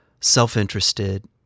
self-interested